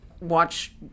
Watch